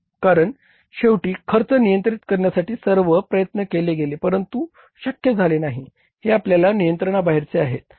कारण शेवटी खर्च नियंत्रित करण्यासाठी सर्व प्रयत्न केले गेले परंतु हे शक्य झाले नाही हे आपल्या नियंत्रणा बाहेरचे आहेत